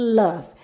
love